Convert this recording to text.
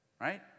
right